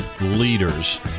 leaders